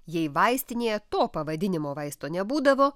jei vaistinėje to pavadinimo vaisto nebūdavo